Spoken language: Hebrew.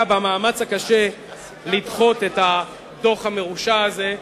במאמץ הקשה לדחות את הדוח המרושע הזה.